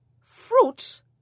Fruit